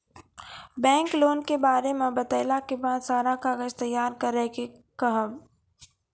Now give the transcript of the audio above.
Bank loan के बारे मे बतेला के बाद सारा कागज तैयार करे के कहब?